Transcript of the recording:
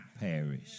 perish